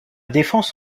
défense